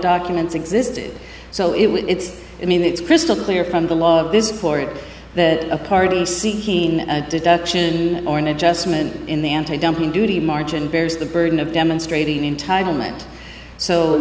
documents existed so it's i mean it's crystal clear from the law of this floor it that a party seeking a deduction or an adjustment in the antidumping duty margin bears the burden of demonstrating entitlement so